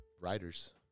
writers